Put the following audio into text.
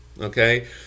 okay